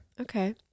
Okay